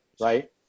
right